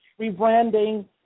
rebranding